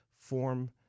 form